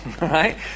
Right